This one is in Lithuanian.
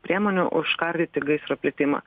priemonių užkardyti gaisro plitimą